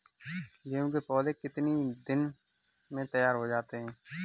गेहूँ के पौधे कितने दिन में तैयार हो जाते हैं?